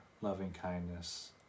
loving-kindness